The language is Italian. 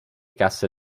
casse